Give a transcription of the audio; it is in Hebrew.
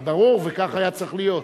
ברור, וכך היה צריך להיות.